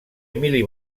emili